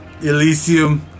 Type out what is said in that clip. Elysium